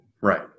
Right